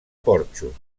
porxos